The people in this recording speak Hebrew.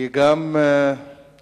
היא גם מייצרת